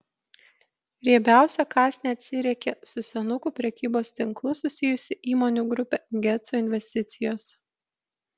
riebiausią kąsnį atsiriekė su senukų prekybos tinklu susijusi įmonių grupė geco investicijos